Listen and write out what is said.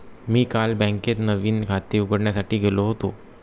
मी काल बँकेत नवीन खाते उघडण्यासाठी गेलो होतो